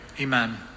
Amen